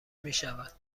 میشود